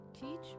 teach